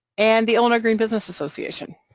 and the illinois green business association.